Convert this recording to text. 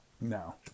No